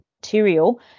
material